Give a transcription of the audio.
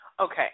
Okay